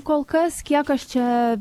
kol kas kiek aš čia